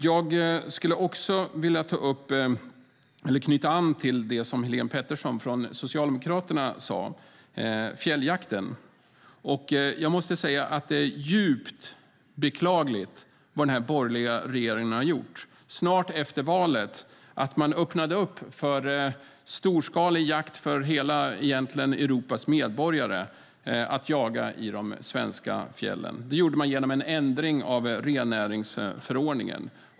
Jag skulle också vilja knyta an till det som Helén Pettersson från Socialdemokraterna tog upp, fjälljakten. Jag måste säga att det är djupt beklagligt vad den borgerliga regeringen har gjort. Strax efter valet öppnade man upp för storskalig jakt för egentligen hela Europas medborgare att jaga i de svenska fjällen. Det gjorde man genom en ändring av rennäringsförordningen.